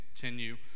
continue